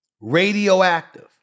Radioactive